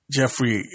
Jeffrey